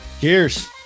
Cheers